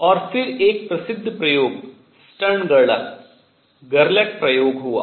और फिर एक प्रसिद्ध प्रयोग स्टर्न गर्लक गर्लक प्रयोग हुआ